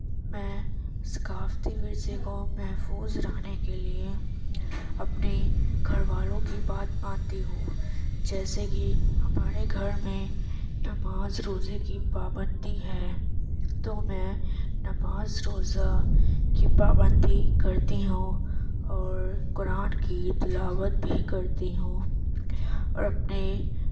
میں ثقافتی ورثے کو محفوظ رکھنے کے لیے اپنے گھر والوں کی بات مانتی ہوں جیسے کہ ہمارے گھر میں نماز روزے کی پابندی ہے تو میں نماز روزہ کی پابندی کرتی ہوں اور قرآن کی تلاوت بھی کرتی ہوں اور اپنے